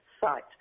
site